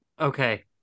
okay